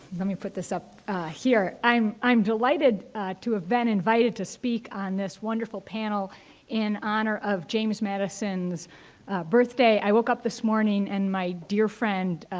let me put this up here. i'm i'm delighted to have been invited to speak on this wonderful panel in honor of james madison's birthday. i woke up this morning and my dear friend,